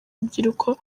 rubyiruko